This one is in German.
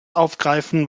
aufgreifen